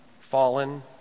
fallen